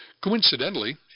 Coincidentally